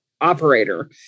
operator